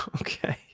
okay